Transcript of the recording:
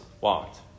walked